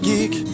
Geek